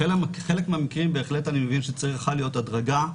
בחלק מהמקרים אני בהחלט מבין שצריכה להיות הדרגה,